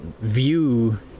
view